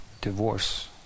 divorce